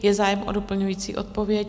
Je zájem o doplňující odpověď?